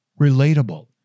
relatable